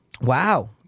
Wow